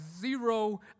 zero